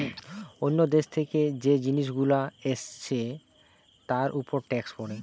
অন্য দেশ থেকে যে জিনিস গুলো এসছে তার উপর ট্যাক্স পড়ে